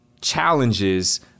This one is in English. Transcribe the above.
challenges